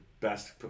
best